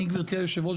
גבירתי היושב-ראש,